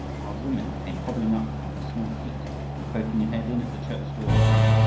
an old woman came hobbling up on her small feet and poking her head in at the church door screamed,